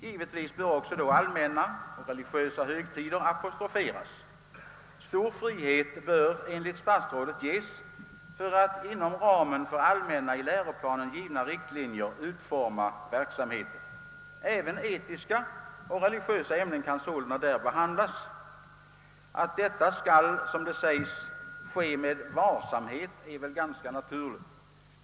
Givetvis bör också då allmänna och religiösa högtider apostroferas. Stor frihet bör enligt statsrådet ges för att inom ramen för allmänna i läroplanen givna riktlinjer utforma verksamheten. Även etiska och religiösa ämnen kan sålunda där behandlas. Att detta skall — som det sägs — ske med varsamhet är väl ganska naturligt.